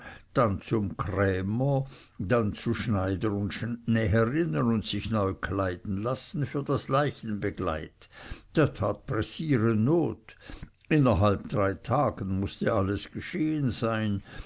dann zum krämer dann zu schneider und näherinnen und sich neu kleiden lassen für das leichenbegleit da tat pressieren not innerhalb drei tagen mußte alles geschehen sein